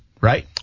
Right